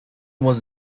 was